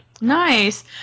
Nice